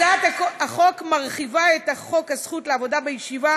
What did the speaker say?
הצעת החוק מרחיבה את חוק הזכות לעבודה בישיבה